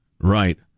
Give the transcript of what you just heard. Right